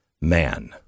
man